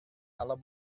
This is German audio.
aller